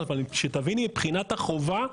אבל תבינו שמבחינת החובה,